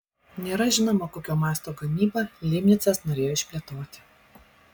nėra žinoma kokio masto gamybą leibnicas norėjo išplėtoti